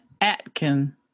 Atkin